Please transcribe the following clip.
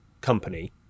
company